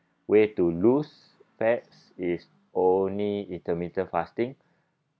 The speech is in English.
way to lose fats is only intermittent fasting